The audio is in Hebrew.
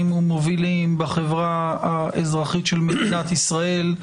ומובילים בחברה האזרחית של מדינת ישראל,